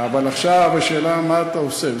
אבל עכשיו השאלה מה אתה עושה.